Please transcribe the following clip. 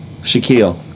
Shaquille